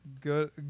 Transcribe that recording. good